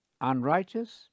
unrighteous